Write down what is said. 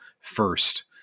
first